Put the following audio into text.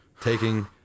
taking